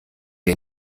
wir